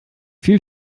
viel